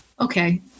Okay